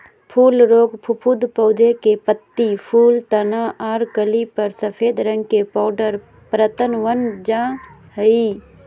फूल रोग फफूंद पौधा के पत्ती, फूल, तना आर कली पर सफेद रंग के पाउडर परत वन जा हई